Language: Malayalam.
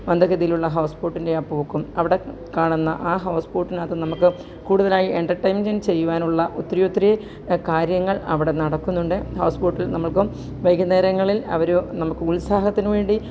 മന്ദഗതിയിലുള്ള ഹൗസ് ബോട്ടിന്റെ ആ പോക്കും അവിടെ കാണുന്ന ആ ഹൗസ് ബോട്ടിനകത്ത് നമുക്ക് കൂടുതലായി എന്റര്ടെയിമെന്റ് ചെയ്യാനുള്ള ഒത്തിരിഒത്തിരി കാര്യങ്ങള് അവിടെ നടക്കുന്നുണ്ട് ഹൗസ് ബോട്ടില് നമുക്ക് വൈകുന്നേരങ്ങളില് അവർ നമുക്ക് ഉത്സാഹത്തിനുവേണ്ടി